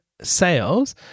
sales